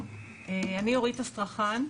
אני אורית אסטרחן,